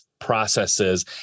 processes